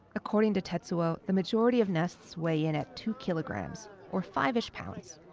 according to tetsuo, the majority of nests weigh in at two kilograms, or five-ish pounds.